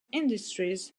industries